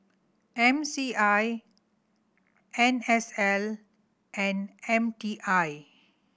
M C I N S L and M T I